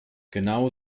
genau